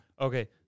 Okay